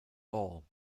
all